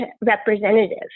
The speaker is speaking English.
representative